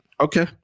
Okay